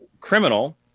criminal